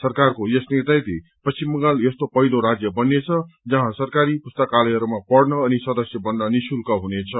सरकारको यस निर्णयले पश्चिम बंगाल यस्तो पहिलो राज्य बन्नेछ जहाँ सरकारी पुस्तकालयहरूमा पढ़न अनि सदस्य बन्न निशुल्क हुनेछ